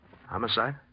Homicide